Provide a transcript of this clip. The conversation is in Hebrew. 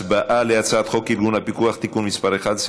להצבעה על הצעת חוק ארגון הפיקוח על העבודה (תיקון מס' 11,